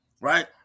right